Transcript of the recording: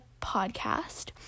podcast